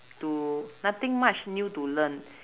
to nothing much new to learn